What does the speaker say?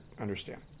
understand